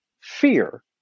fear